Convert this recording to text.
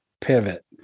pivot